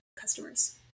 customers